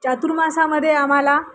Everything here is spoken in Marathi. चातुर्मासामध्ये आम्हाला